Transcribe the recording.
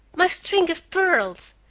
my string of pearls!